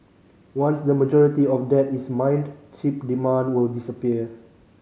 once the majority of that is mined chip demand will disappear